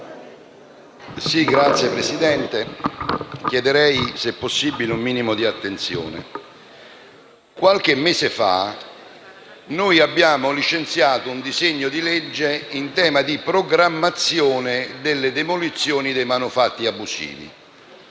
Signor Presidente, chiedo, se possibile, un minimo di attenzione. Qualche mese fa abbiamo licenziato un disegno di legge in tema di programmazione delle demolizioni dei manufatti abusivi,